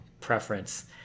preference